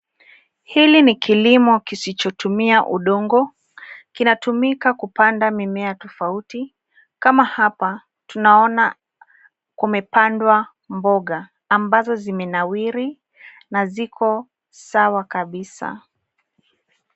Hili ni kilimo kisichotumia udongo. Kinatumika kupanda mimea tofauti, kama hapa tunaona kumepandwa mboga ambazo zimenawiri na ziko sawa kabisa.